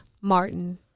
Martin